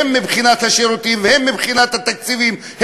הן מבחינת השירותים והן מבחינת התקציבים,